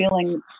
feeling